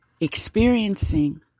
experiencing